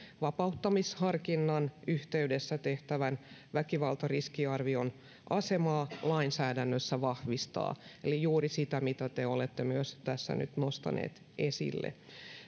vapauttamisharkinnan yhteydessä tehtävän väkivaltariskiarvion asemaa lainsäädännössä vahvistaa eli juuri sitä mitä te olette myös tässä nostaneet esille